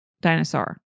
dinosaur